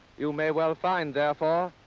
you may well find, therefore,